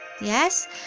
Yes